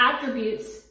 attributes